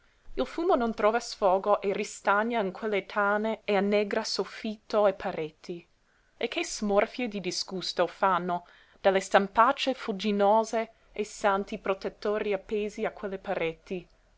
il fumo non trova sfogo e ristagna in quelle tane e annegra soffitto e pareti e che smorfie di disgusto fanno dalle stampacce fuligginose i santi protettori appesi a quelle pareti